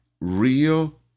real